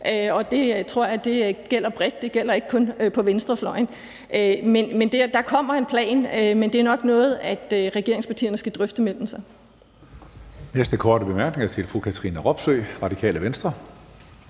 og det tror jeg gælder bredt og ikke kun på venstrefløjen. Men der kommer en plan, men det er nok noget, regeringspartierne skal drøfte mellem sig.